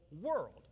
world